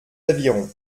avirons